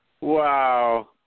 Wow